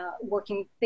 working